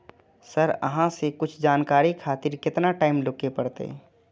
Sir अहाँ से कुछ जानकारी खातिर केतना टाईम रुके परतें?